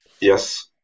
Yes